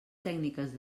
tècniques